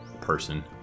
person